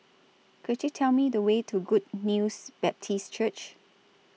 Could YOU Tell Me The Way to Good News Baptist Church